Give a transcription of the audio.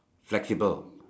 flexible